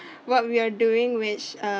what we are doing which uh